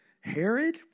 Herod